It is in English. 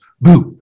boo